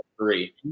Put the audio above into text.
three